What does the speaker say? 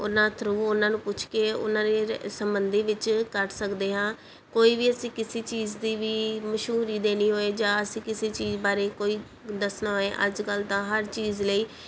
ਉਹਨਾਂ ਥਰੂ ਉਹਨਾਂ ਨੂੰ ਪੁੱਛ ਕੇ ਉਹਨਾਂ ਦੇ ਸਬੰਧੀ ਵਿੱਚ ਕਰ ਸਕਦੇ ਹਾਂ ਕੋਈ ਵੀ ਅਸੀਂ ਕਿਸੀ ਚੀਜ਼ ਦੀ ਵੀ ਮਸ਼ਹੂਰੀ ਦੇਣੀ ਹੋਏ ਜਾਂ ਅਸੀਂ ਕਿਸੇ ਚੀਜ਼ ਬਾਰੇ ਕੋਈ ਦੱਸਣਾ ਹੋਵੇ ਅੱਜ ਕੱਲ੍ਹ ਤਾਂ ਹਰ ਚੀਜ਼ ਲਈ